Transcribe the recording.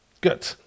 Good